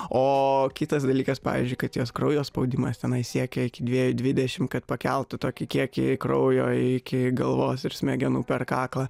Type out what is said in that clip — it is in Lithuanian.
o kitas dalykas pavyzdžiui kad jos kraujo spaudimas tenai siekia iki dviejų dvidešimt kad pakeltų tokį kiekį kraujo iki galvos ir smegenų per kaklą